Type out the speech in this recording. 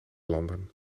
landen